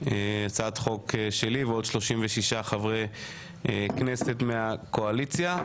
הצעת חוק שלי ושל עוד 36 חברי כנסת מהקואליציה.